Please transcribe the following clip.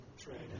trade